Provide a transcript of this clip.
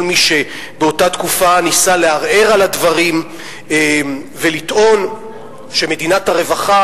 כל מי שבאותה תקופה ניסה לערער על הדברים ולטעון שמדינת הרווחה